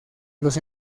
los